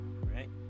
right